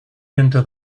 into